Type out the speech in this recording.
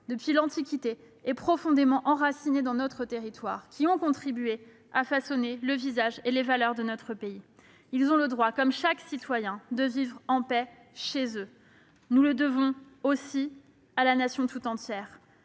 depuis l'Antiquité, est profondément enracinée dans notre territoire et qui ont contribué à façonner le visage et les valeurs de notre pays. Ils ont le droit, comme chaque citoyen, de vivre en paix chez eux. Nous le devons aussi à la Nation tout entière.